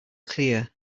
clear